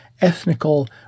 ethnical